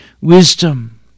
wisdom